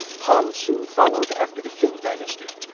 han soon followed after the qin dynasty.